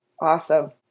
Awesome